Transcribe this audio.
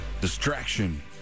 distraction